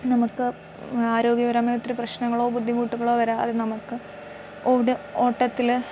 നമുക്ക് ആരോഗ്യപരമായി ഇത്തിരി പ്രശ്നങ്ങളോ ബുദ്ധിമുട്ടുകളോ വരാതെ നമുക്ക് ഓടാൻ ഓട്ടത്തിൽ